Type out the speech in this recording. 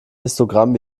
histogramm